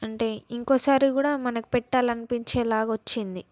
అంటే ఇంకోసారి కూడా మనకి పెట్టాలనిపించేలాగా వచ్చింది